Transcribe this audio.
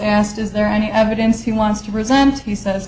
asked is there any evidence he wants to resent he says